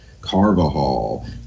Carvajal